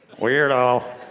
weirdo